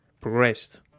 Progressed